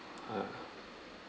ah